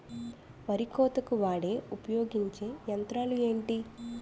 వరి కోతకు వాడే ఉపయోగించే యంత్రాలు ఏంటి?